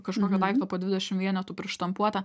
kažkokio daikto po dvidešim vienetų prištampuota